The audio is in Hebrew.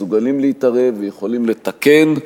מסוגלים להתערב ויכולים לתקן,